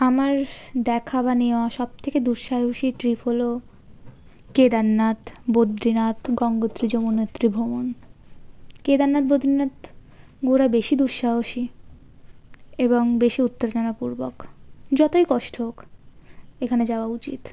আমার দেখা বা নেওয়া সবথেকে দুঃসাহসী ট্রিপ হল কেদারনাথ বদ্রীনাথ গঙ্গোত্রী যমুনোত্রী ভ্রমণ কেদারনাথ বদ্রীনাথ ঘোরা বেশি দুঃসাহসী এবং বেশি উত্তেজনাপূর্বক যতই কষ্ট হোক এখানে যাওয়া উচিত